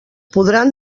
podran